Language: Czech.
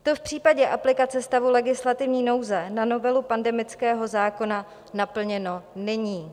To v případě aplikace stavu legislativní nouze na novelu pandemického zákona naplněno není.